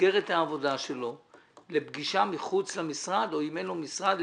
במסגרת העבודה שלו לפגישה מחוץ למשרד או אם אין לו משרד,